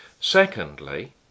Secondly